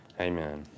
Amen